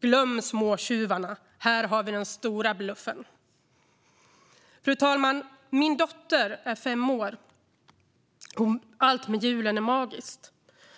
Glöm småtjuvarna! Här har vi den stora bluffen. Fru talman! Min dotter är fem år. För henne är allt med julen magiskt.